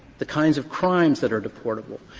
the kinds of crimes that are deportable,